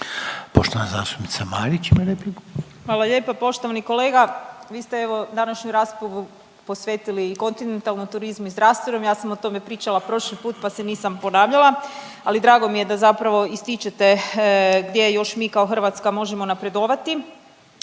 Poštovana zastupnica Marić ima repliku.